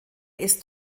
ist